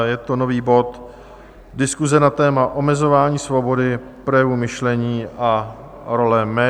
Je to nový bod, diskuse na téma Omezování svobody projevu myšlení a role médií.